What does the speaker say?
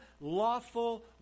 lawful